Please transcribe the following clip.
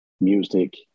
music